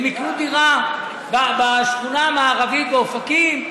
הם יקנו דירה בשכונה המערבית באופקים,